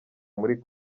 muri